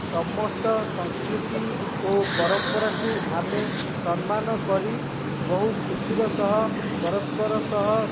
ସମସ୍ତ ସଂସ୍କୃତି ଓ ପରମ୍ପରାକୁ ଆମେ ସମ୍ମାନ କରି ବହୁ ଖୁସିର ସହ ପରସ୍ପର ସହ